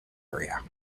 area